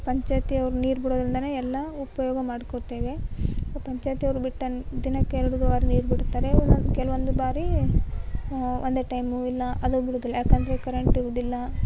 ಪಂಚಾಯ್ತಿ ಅವ್ರು ನೀರು ಬಿಡೋದ್ರಿಂದ ಎಲ್ಲ ಉಪಯೋಗ ಮಾಡ್ಕೊಳ್ತೇವೆ ಪಂಚಾಯ್ತಿ ಅವ್ರು ಬಿಟ್ಟ ದಿನಕ್ಕೆ ಎರಡು ಬಾರಿ ನೀರು ಬಿಡುತ್ತಾರೆ ಒಂದೊಂದು ಕೆಲವೊಂದು ಬಾರಿ ಒಂದೇ ಟೈಮು ಇಲ್ಲ ಅದು ಬಿಡೋದಿಲ್ಲ ಯಾಕೆಂದ್ರೆ ಕರೆಂಟ್ ಇರೋದಿಲ್ಲ